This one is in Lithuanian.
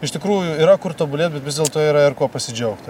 iš tikrųjų yra kur tobulėt bet vis dėlto yra ir kuo pasidžiaugti